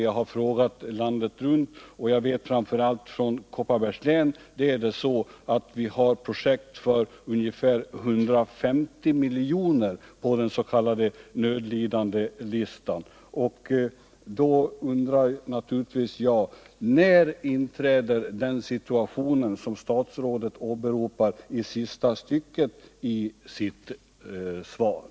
Jag har frågat landet runt, och jag vet att vi i Kopparbergs län har projekt för över 150 miljoner på den s.k. nödlidandelistan. Då undrar jag naturligtvis: När inträder den - Nr 160 situation som statsrådet åberopar i sista stycket av sitt svar?